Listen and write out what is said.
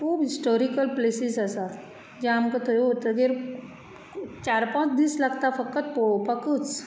खूब historical places आसात जे आमकां थंय वतकच चार पांच दीस लागतात फकत पळोवपाकूच